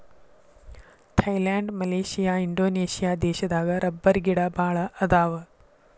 Thailand Malaysia Indonesia ದೇಶದಾಗ ರಬ್ಬರಗಿಡಾ ಬಾಳ ಅದಾವ